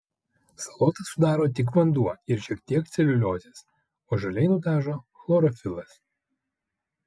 salotas sudaro tik vanduo ir šiek tiek celiuliozės o žaliai nudažo chlorofilas